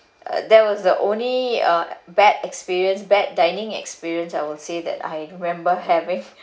uh that was the only uh bad experience bad dining experience I would say that I remember having